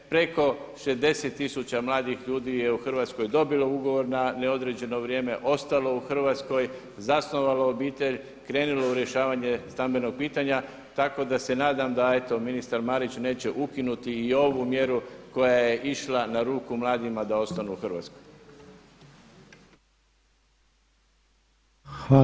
Preko 60 tisuća mladih ljudi je u Hrvatskoj dobilo ugovor na neodređeno vrijeme, ostalo u Hrvatskoj, zasnovalo obitelj, krenulo u rješavanje stambenog pitanja tako da se nadam da eto ministar Marić neće ukinuti i ovu mjeru koja je išla na ruku mladima da ostanu u Hrvatskoj.